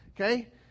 Okay